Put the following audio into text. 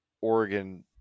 oregon